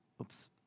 Oops